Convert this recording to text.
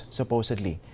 supposedly